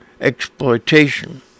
exploitation